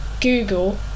Google